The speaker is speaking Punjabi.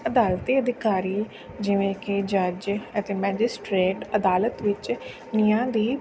ਅਦਾਲਤੀ ਅਧਿਕਾਰੀ ਜਿਵੇਂ ਕਿ ਜੱਜ ਅਤੇ ਮੈਜਿਸਟਰੇਟ ਅਦਾਲਤ ਵਿੱਚ ਨਿਆਂ ਦੀ